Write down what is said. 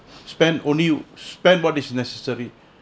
spend only spend what is necessary